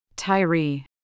Tyree